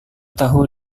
tahu